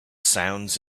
sounds